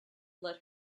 let